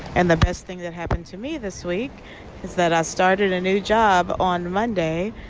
and the best thing that happened to me this week is that i started a new job on monday,